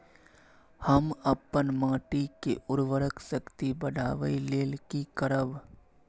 हम अपन माटी के उर्वरक शक्ति बढाबै लेल की करब?